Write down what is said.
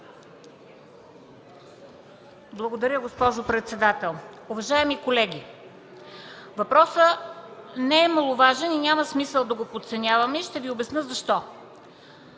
Благодаря, госпожо председател. Уважаеми колеги, въпросът не е маловажен и няма смисъл да го подценяваме. Ще Ви обясня защо.